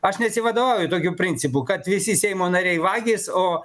aš nesivadovauju tokiu principu kad visi seimo nariai vagys o